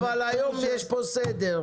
אבל היום יש פה סדר.